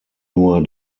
nur